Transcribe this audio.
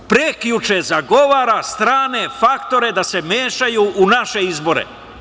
Prekjuče zagovara strane faktore da se mešaju u naše izbore.